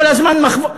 כל הזמן מחוות.